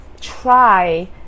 try